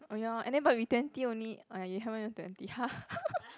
oh ya and then but we twenty only !aiya! you haven't even twenty